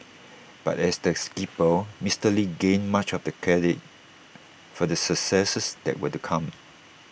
but as the skipper Mister lee gained much of the credit for the successes that were to come